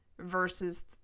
Versus